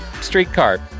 streetcar